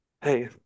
Hey